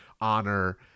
honor